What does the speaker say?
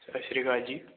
ਸਤਿ ਸ਼੍ਰੀ ਅਕਾਲ ਜੀ